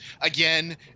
again